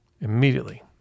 immediately